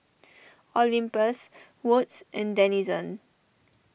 Olympus Wood's and Denizen